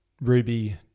Ruby